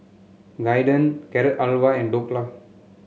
Guiden Carrot Halwa and Dhokla